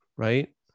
right